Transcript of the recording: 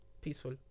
peaceful